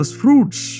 fruits